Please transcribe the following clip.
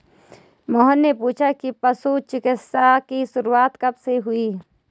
मोहन ने पूछा कि पशु चिकित्सा की शुरूआत कब से हुई?